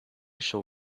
shall